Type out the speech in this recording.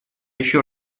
еще